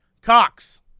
Cox